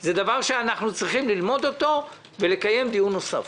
זה דבר שאנחנו צריכים ללמוד אותו ולקיים דיון נוסף.